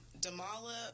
Damala